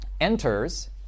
enters